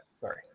Sorry